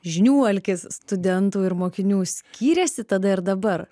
žinių alkis studentų ir mokinių skyrėsi tada ir dabar